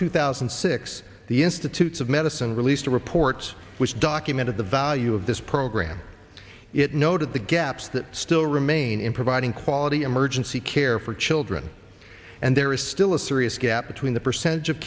two thousand and six the institutes of medicine released a report which documented the value of this program it noted the gaps that still remain in providing quality emergency care for children and there is still a serious gap between the percentage of